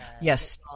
Yes